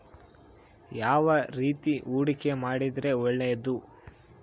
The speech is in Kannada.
ಯಾವ ರೇತಿ ಹೂಡಿಕೆ ಮಾಡಿದ್ರೆ ಒಳ್ಳೆಯದು?